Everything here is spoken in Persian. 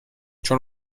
چون